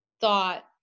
thought